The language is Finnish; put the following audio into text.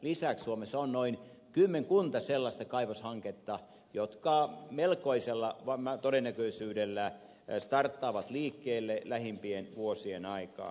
lisäksi suomessa on noin kymmenkunta sellaista kaivoshanketta jotka melkoisella todennäköisyydellä starttaavat liikkeelle lähimpien vuosien aikaan